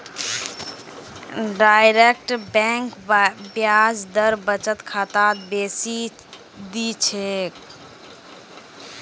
direct bank ब्याज दर बचत खातात बेसी दी छेक